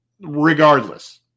regardless